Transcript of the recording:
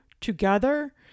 together